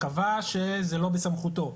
קבע שזה לא בסמכותו.